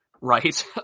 right